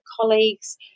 colleagues